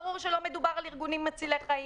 ברור שלא מדובר על ארגונים מצילי חיים,